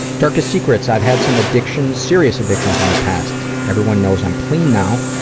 darkest secrets. i've had some addictions, serious addictions in the past. everyone knows i'm clean now.